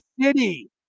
city